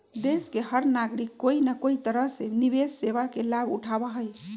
देश के हर नागरिक कोई न कोई तरह से निवेश सेवा के लाभ उठावा हई